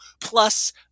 plus